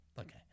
okay